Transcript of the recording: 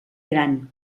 gran